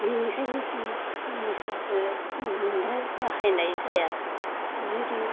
बिनिखायनो जों मस्लाखो बांद्राय बाहायनाय जाया जेरै